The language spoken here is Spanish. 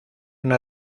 una